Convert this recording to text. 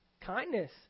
Kindness